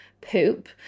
poop